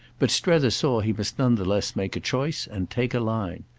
but strether saw he must none the less make a choice and take a line.